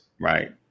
Right